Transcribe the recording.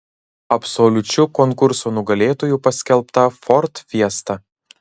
absoliučiu konkurso nugalėtoju paskelbta ford fiesta